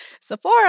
Sephora